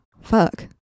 Fuck